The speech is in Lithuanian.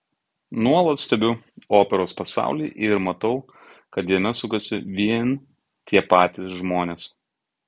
nuolat stebiu operos pasaulį ir matau kad jame sukasi vien tie patys žmonės